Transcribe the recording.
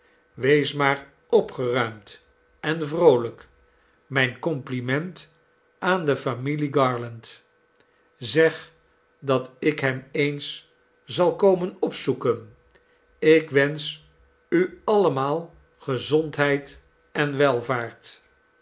wees maar opgeruimd en vroolijk mijn compliment aan de familie garland zeg dat ik hen eens zal komen opzoeken ik wensch u allemaal gezondheid en welvaart